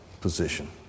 position